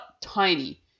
tiny